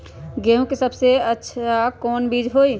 गेंहू के सबसे अच्छा कौन बीज होई?